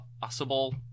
possible